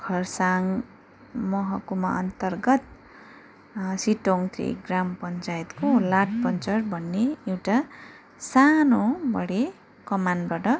खरसाङ महकुमाअन्तर्गत सिटोङ थ्री ग्राम पञ्चायतको लाटपञ्चार भन्ने एउटा सानोबडे कमानबाट